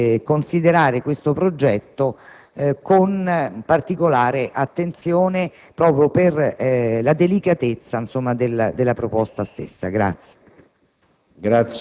di considerare questo progetto con particolare attenzione, proprio per la delicatezza della proposta. **Saluto